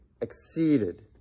exceeded